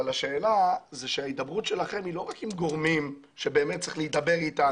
אבל השאלה שההידברות שלכם היא לא רק עם גורמים שבאמת צריך להידבר אתם,